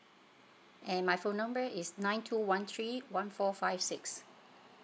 and my phone number is nine two one three one four five six